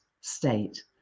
state